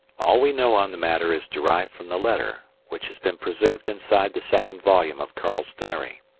all we know on the matter is derived from the letter, which has been preserved inside the second volume of karl's diary.